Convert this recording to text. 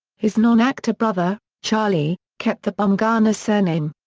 his non-actor brother, charlie, kept the bumgarner surname.